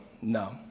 no